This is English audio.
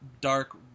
dark